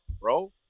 bro